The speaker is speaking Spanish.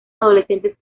adolescentes